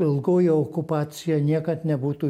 ilgoji okupacija niekad nebūtų